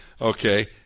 Okay